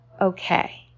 okay